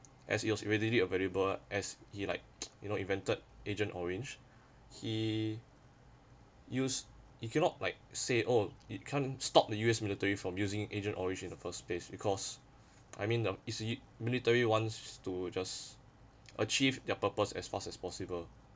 as it was readily available as he liked you know invented agent orange he use you cannot like say oh it can't stop the U_S military from using agent orange in the first place because I mean the military wants to just achieve their purpose as fast as possible